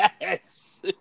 Yes